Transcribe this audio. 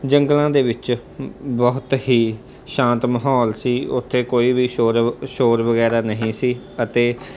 ਜੰਗਲਾਂ ਦੇ ਵਿੱਚ ਬਹੁਤ ਹੀ ਸ਼ਾਂਤ ਮਾਹੌਲ ਸੀ ਉੱਥੇ ਕੋਈ ਵੀ ਸ਼ੋਰ ਵ ਸ਼ੋਰ ਵਗੈਰਾ ਨਹੀਂ ਸੀ ਅਤੇ